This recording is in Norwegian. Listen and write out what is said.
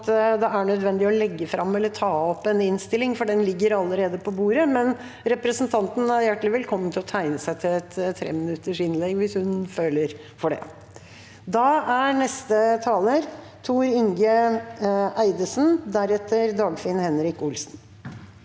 det er nødvendig å legge fram eller ta opp en innstilling, for den ligger allerede på bordet. Men representanten er hjertelig velkommen til å tegne seg til et treminuttersinnlegg hvis hun føler for det. Tor Inge Eidesen (Sp) En